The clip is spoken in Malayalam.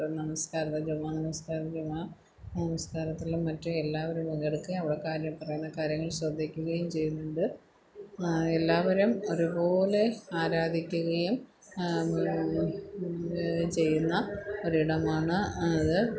നമസ്കാര കർമ്മം നമസ്കാരത്തിലും മറ്റ് എല്ലാവരും അവർക്ക് കാര്യം പറയുന്ന കാര്യങ്ങൾ ശ്രദ്ധിക്കുകയും ചെയ്യുന്നുണ്ട് എല്ലാവരും അതുപോലെ ആരാധിക്കുകയും ചെയ്യുന്ന ഒരിടമാണ് അത്